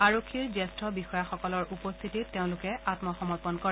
আৰক্ষীৰ জ্যেষ্ঠ বিষয়াসকলৰ উপস্থিতিত তেওঁলোকে আম্মসমৰ্পণ কৰে